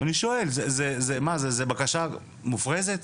אני שואל, מה, זו בקשה מופרזת?